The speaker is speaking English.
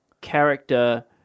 character